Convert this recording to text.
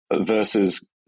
versus